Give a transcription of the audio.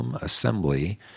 assembly